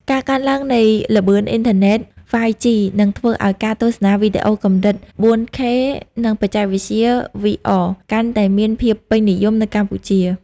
ការកើនឡើងនៃល្បឿនអ៊ីនធឺណិត 5G នឹងធ្វើឱ្យការទស្សនាវីដេអូកម្រិត 4K និងបច្ចេកវិទ្យា VR កាន់តែមានភាពពេញនិយមនៅកម្ពុជា។